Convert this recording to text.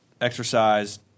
exercise